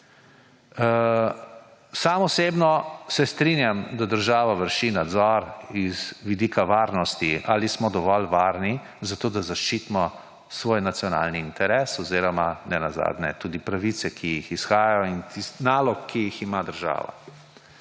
Sam osebno se strinjam, da država vrši nadzor z vidika varnosti, ali smo dovolj varni, zato da zaščitimo svoj nacionalni interes oziroma nenazadnje tudi pravice, ki izhajajo, in naloge, ki jih ima država.